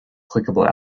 clickable